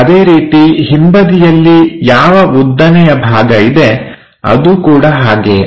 ಅದೇ ರೀತಿ ಹಿಂಬದಿಯಲ್ಲಿ ಯಾವ ಉದ್ದನೆಯ ಭಾಗ ಇದೆ ಅದು ಕೂಡ ಹಾಗೆಯೇ